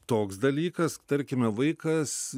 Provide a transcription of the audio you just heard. toks dalykas tarkime vaikas